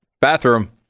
bathroom